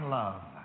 love